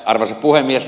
arvoisa puhemies